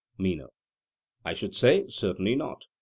meno i should say, certainly not.